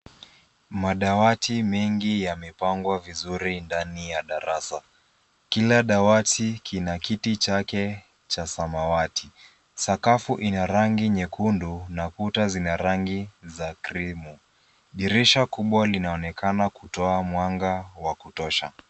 Madawati mengi yamepangwa vizuri ndani ya darasa. Kila dawati kina kiti chake cha samawati. Sakafu ina rangi nyekundu, na kuta zina rangi za krimu. Dirisha kubwa linaonekana kutoa mwanga wa kutosha.